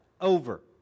over